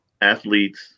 Athletes